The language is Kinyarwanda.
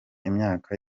imyaka